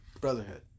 Brotherhood